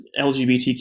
LGBTQ